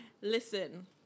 Listen